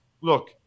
Look